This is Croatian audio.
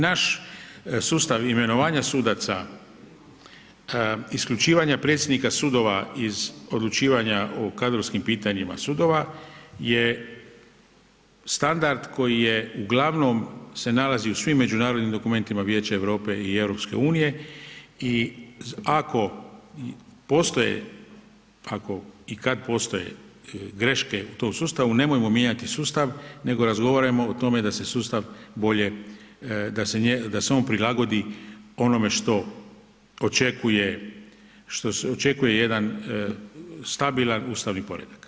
Naš sustav imenovanja sudaca, isključivanja predsjednika sudova iz odlučivanja o kadrovskim pitanjima sudova je standard koji je uglavnom se nalazi u svim međunarodnim dokumentima Vijeća Europe i EU-a i ako postoje, ako i kad postoje greške u tom sustavu, nemojmo mijenjati sustav nego razgovarajmo o tome da se sustav bolje, da se on prilagodi onome što očekuje jedan stabilan ustavni poredak.